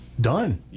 done